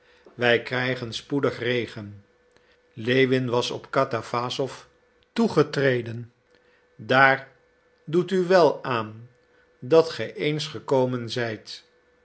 wij krijgen spoedig regen lewin was op katawassow toegetreden daar doet u wél aan dat ge eens gekomen zijt